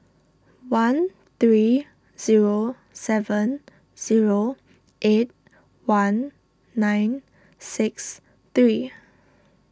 one three zero seven zero eight one nine six three